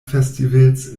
festivals